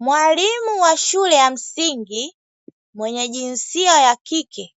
Mwalimu wa shule ya msingi mwenye jinsia ya kike,